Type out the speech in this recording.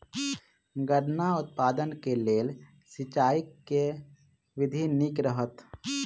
गन्ना उत्पादन केँ लेल सिंचाईक केँ विधि नीक रहत?